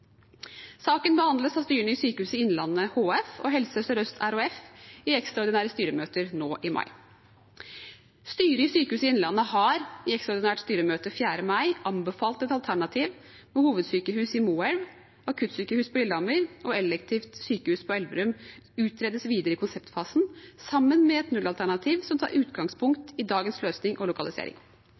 Sykehuset Innlandet HF og Helse Sør-Øst RHF i ekstraordinære styremøter nå i mai. Styret i Sykehuset Innlandet har i ekstraordinært styremøte 4. mai anbefalt et alternativ med hovedsykehus i Moelv, akuttsykehus på Lillehammer og elektivt sykehus på Elverum. Dette utredes videre i konseptfasen sammen med et nullalternativ som tar utgangspunkt i dagens løsning og lokalisering.